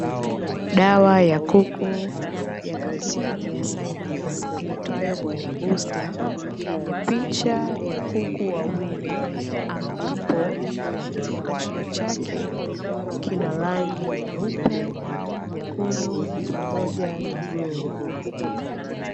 Dawa ya kuku ya kampuni ya CIBUS iitwayo "BROILER BOOSTER" yenye picha ya kuku wawili, ambapo kifungashio chake kina rangi nyeupe, nyekundu pamoja na bluu.